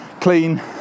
clean